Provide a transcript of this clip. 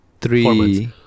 Three